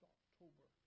October